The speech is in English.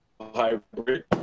hybrid